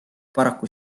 paraku